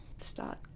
start